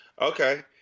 okay